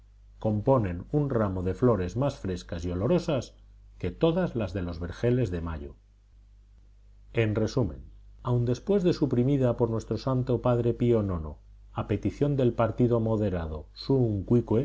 componen un ramo de flores más frescas y olorosas que todas las de los vergeles de mayo en resumen aun después de suprimida por n s p pío ix a petición del partido moderado